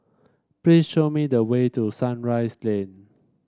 please show me the way to Sunrise Lane